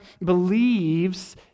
believes